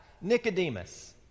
Nicodemus